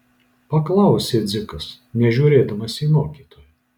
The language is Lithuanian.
paklausė dzikas nežiūrėdamas į mokytoją